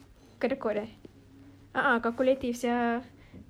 kedekut eh a'ah calculative [sial]